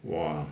!wah!